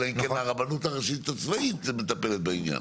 אלא אם כן הרבנות הראשית הצבאית מטפלת בעניין.